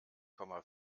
komma